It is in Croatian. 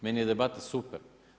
Meni je debata super.